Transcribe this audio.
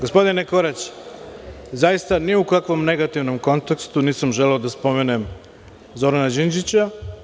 Gospodine Korać, zaista ni u kakvom negativnom kontekstu nisam želeo da spomenem Zorana Đinđića.